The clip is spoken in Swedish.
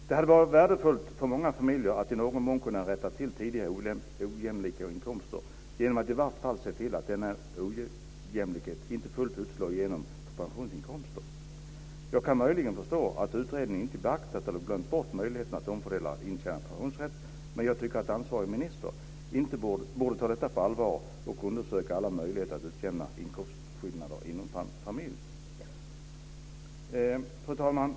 Det hade varit värdefullt för många familjer att i någon mån kunna rätta till tidigare ojämlika inkomster genom att i varje fall se till att denna ojämlikhet inte fullt ut slår igenom för pensionsinkomster. Jag kan möjligen förstå att utredningen inte beaktat eller glömt bort möjligheten att omfördela intjänad pensionsrätt, men jag tycker att ansvarig minister inte borde ta detta på allvar och i stället undersöka alla möjligheter till att utjämna inkomstskillnader inom en familj. Fru talman!